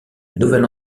nouvelle